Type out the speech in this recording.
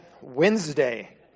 Wednesday